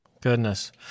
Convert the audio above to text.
Goodness